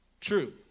True